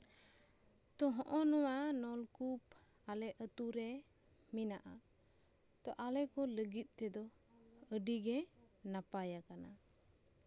ᱛᱚ ᱱᱚᱜᱼᱚᱭ ᱱᱚᱣᱟ ᱱᱚᱞᱠᱩᱯ ᱟᱞᱮ ᱟᱛᱳᱨᱮ ᱢᱮᱱᱟᱜᱼᱟ ᱛᱚ ᱟᱞᱮ ᱠᱚ ᱞᱟᱜᱤᱫ ᱟᱞᱮ ᱠᱚ ᱞᱟᱹᱜᱤᱫ ᱛᱮᱫᱚ ᱟᱹᱰᱤᱜᱮ ᱱᱟᱯᱟᱭ ᱟᱠᱟᱱᱟ